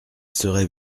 seraient